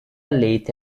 leite